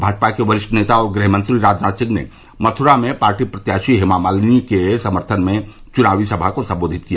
भाजपा के वरिष्ठ नेता और गृहमंत्री राजनाथ सिंह ने मथुरा में पार्टी प्रत्याशी हेमा मालिनी के समर्थन में चुनावी सभा को संबोधित किया